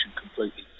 completely